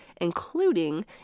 including